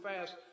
fast